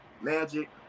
Magic